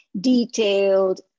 detailed